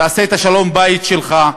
תעשה את השלום-בית שלך,